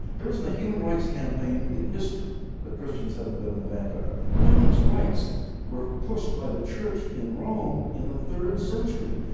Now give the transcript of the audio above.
there isn't a human rights campaign in history that christians haven't been in the vanguard of. women's rights were pushed by the church in rome in the third century,